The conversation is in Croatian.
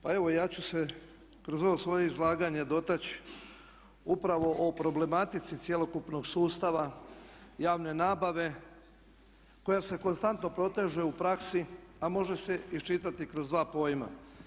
Pa evo ja ću se kroz ovo svoje izlaganje dotaći upravo o problematici cjelokupnog sustava javne nabave koja se konstantno proteže u praksi a može se iščitati kroz dva pojma.